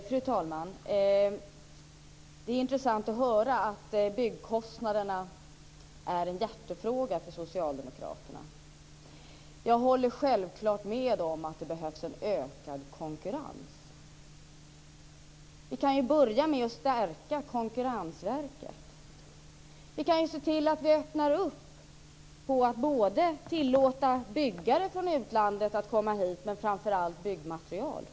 Fru talman! Det är intressant att höra att frågan om byggkostnaderna är en hjärtefråga för socialdemokraterna. Självklart håller jag med om att det behövs en ökad konkurrens. Vi kan börja med att stärka Konkurrensverket och se till att vi öppnar för att tillåta byggare från utlandet att komma hit. Men framför allt gäller det byggmaterial.